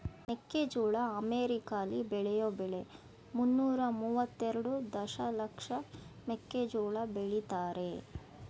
ಮೆಕ್ಕೆಜೋಳ ಅಮೆರಿಕಾಲಿ ಬೆಳೆಯೋ ಬೆಳೆ ಮುನ್ನೂರ ಮುವತ್ತೆರೆಡು ದಶಲಕ್ಷ ಮೆಕ್ಕೆಜೋಳ ಬೆಳಿತಾರೆ